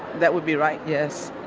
that would be right, yes.